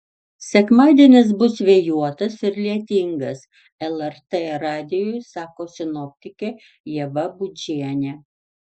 sekmadienis bus vėjuotas ir lietingas lrt radijui sako sinoptikė ieva budžienė